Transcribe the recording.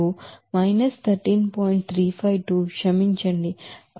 352 క్షమించండి 13352